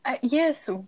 Yes